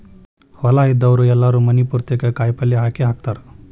ಹೊಲಾ ಇದ್ದಾವ್ರು ಎಲ್ಲಾರೂ ಮನಿ ಪುರ್ತೇಕ ಕಾಯಪಲ್ಯ ಹಾಕೇಹಾಕತಾರ